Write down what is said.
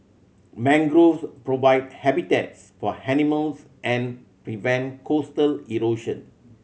mangroves provide habitats for animals and prevent coastal erosion